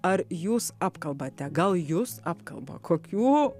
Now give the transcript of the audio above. ar jūs apkalbate gal jus apkalba kokių